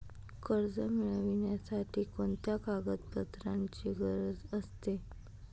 कर्ज मिळविण्यासाठी कोणत्या कागदपत्रांची गरज असते?